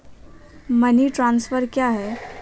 Money transfer क्या है?